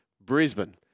Brisbane